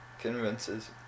convinces